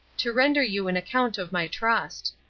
to render you an account of my trust.